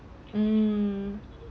mm